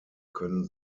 können